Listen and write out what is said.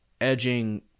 edging